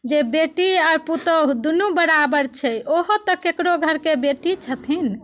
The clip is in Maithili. जे बेटी आओर पुतोहु दुनू बराबर छै ओहो तऽ ककरो घरके बेटी छथिन